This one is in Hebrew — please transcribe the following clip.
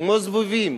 כמו זבובים,